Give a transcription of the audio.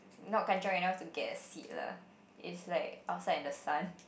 not kan-chiong enough to get a seat lah it's like outside in the sun